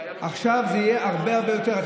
עכשיו זה יהיה הרבה הרבה יותר.